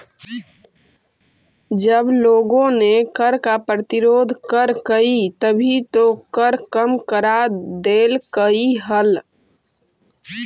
जब लोगों ने कर का प्रतिरोध करकई तभी तो कर कम करा देलकइ हल